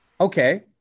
Okay